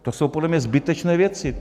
To jsou podle mě zbytečné věci.